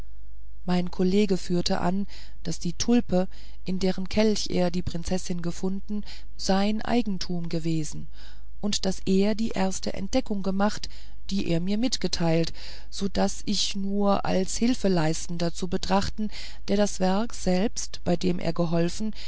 mein kollege führte an daß die tulpe in deren kelch er die prinzessin gefunden sein eigentum gewesen und daß er die erste entdeckung gemacht die er mir mitgeteilt so daß ich nur als hilfeleistender zu betrachten der das werk selbst bei dem er geholfen